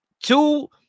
two